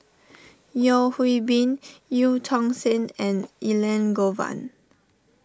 Yeo Hwee Bin Eu Tong Sen and Elangovan